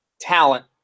talent